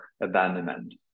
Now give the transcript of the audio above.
abandonment